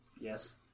Yes